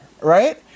right